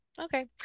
Okay